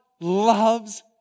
loves